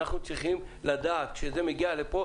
אנחנו צריכים לדעת שזה מגיע לפה,